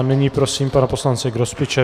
Nyní prosím pana poslance Grospiče.